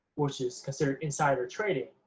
which is considered insider trading,